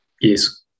Yes